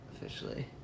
Officially